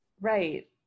Right